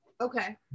Okay